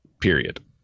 Period